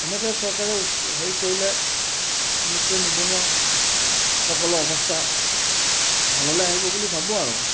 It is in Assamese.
এনেদৰে চৰকাৰে হেৰি কৰিলে নিশ্চয় নিবনুৱাসকলৰ অৱস্থা ভাললৈ আহিব বুলি ভাবোঁ আৰু